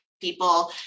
people